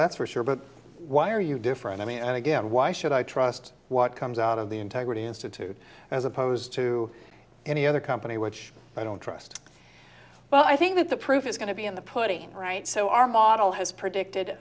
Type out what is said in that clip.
that's for sure but why are you different i mean again why should i trust what comes out of the integrity institute as opposed to any other company which i don't trust well i think that the proof is going to be in the putting right so our model has predicted